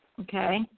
Okay